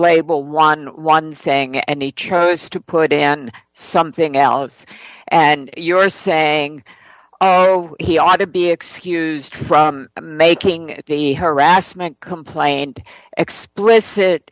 run one thing and he chose to put in something else and you're saying he ought to be excused from making the harassment complaint explicit